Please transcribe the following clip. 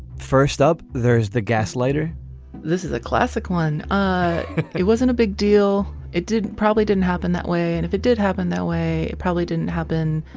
first up there is the gas later this is a classic one. ah it wasn't a big deal. it didn't probably didn't happen that way. and if it did happen that way it probably didn't happen.